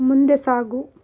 ಮುಂದೆ ಸಾಗು